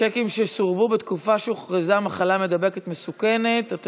שיקים שסורבו בתקופה שהוכרזה מחלה מידבקת מסוכנת (תיקוני חקיקה),